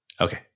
Okay